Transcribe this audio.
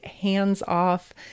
hands-off